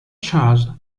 charged